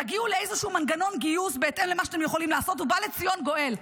תגיעו לאיזשהו מנגנון גיוס בהתאם למה שאתם יכולים לעשות ובא לציון גואל.